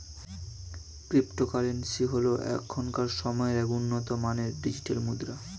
cryptocurrency হল এখনকার সময়ের এক উন্নত মানের ডিজিটাল মুদ্রা